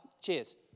cheers